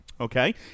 Okay